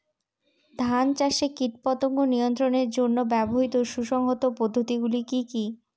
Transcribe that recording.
ধান চাষে কীটপতঙ্গ নিয়ন্ত্রণের জন্য ব্যবহৃত সুসংহত পদ্ধতিগুলি কি কি?